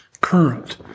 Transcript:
current